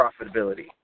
profitability